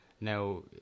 Now